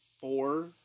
four